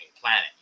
planet